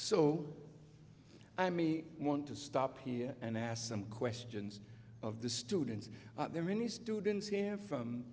so i mean i want to stop here and ask some questions of the students there many students here from